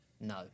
No